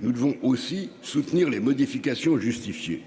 nous devons aussi soutenir les modifications justifié